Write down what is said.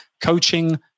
Coaching